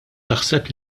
taħseb